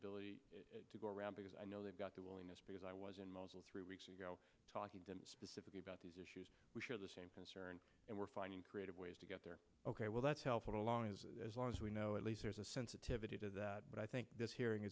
ability to go around because i know they've got the willingness because i was in mosul three weeks ago talking specifically about these issues we share the same concern and we're finding creative ways to get there ok well that's helpful along as long as we know at least there's a sensitivity to that but i think this hearing